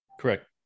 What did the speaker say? Correct